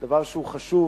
דבר שהוא חשוב,